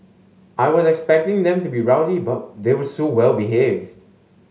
I was expecting them to be rowdy but they were so well behaved